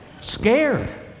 Scared